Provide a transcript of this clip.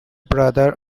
brother